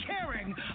caring